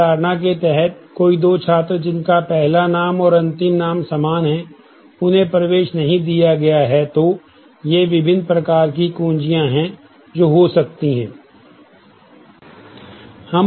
इस धारणा के तहत कि कोई 2 छात्र जिनका पहला नाम और अंतिम नाम समान है उन्हें प्रवेश नहीं दिया गया हैं तो ये विभिन्न प्रकार की कुंजियां हैं जो हो सकती हैं